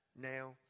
now